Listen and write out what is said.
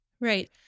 Right